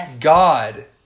God